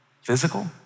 physical